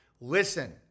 listen